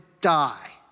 die